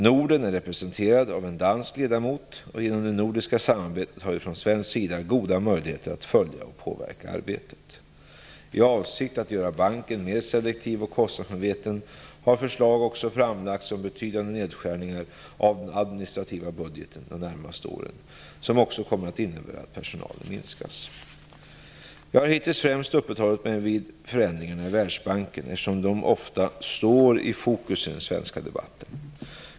Norden är representerad av en dansk ledamot, och genom det nordiska samarbetet har vi från svensk sida goda möjligheter att följa och påverka arbetet. I avsikt att göra banken mer selektiv och kostnadsmedveten har förslag också framlagts om betydande nedskärningar av den administrativa budgeten de närmaste åren, som också kommer att innebära att personalen minskas. Jag har hittills främst uppehållit mig vid förändringarna i Världsbanken, eftersom den ofta står i fokus i den svenska debatten.